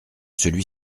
celui